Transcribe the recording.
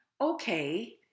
Okay